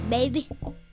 Baby